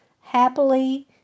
happily